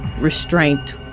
restraint